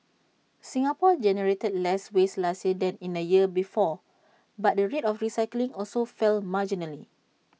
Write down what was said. Singapore generated less waste last year than in the year before but the rate of recycling also fell marginally